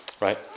Right